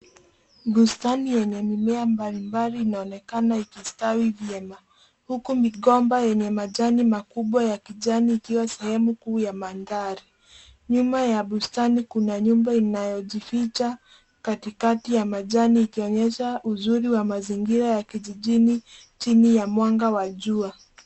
Bustani yenye mimea mbalimbali inaonekana ikistawi vyema huku migomba yenye majani makubwa ya kijani ikiwa sehemu kuu ya manthari. Nyuma ya bustani kuna nyumba inayojificha katikati ya majani ikionyesha uzuri wa mazingira ya kijini chini ya mwanga wa jua.